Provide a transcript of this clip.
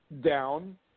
down